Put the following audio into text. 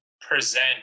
present